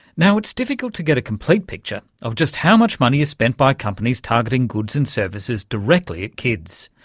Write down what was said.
now, it's difficult to get a complete picture of just how much money is spent by companies targeting goods and services directly at kids,